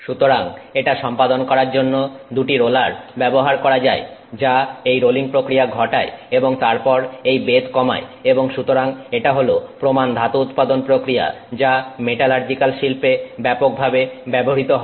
সুতরাং এটা সম্পাদন করার জন্য দুটি রোলার ব্যবহার করা হয় যা এই রোলিং প্রক্রিয়া ঘটায় এবং তারপর এই বেধ কমায় এবং সুতরাং এটা হল প্রমাণ ধাতু উৎপাদন প্রক্রিয়া যা মেটালার্জিক্যাল শিল্পে ব্যাপকভাবে ব্যবহৃত হয়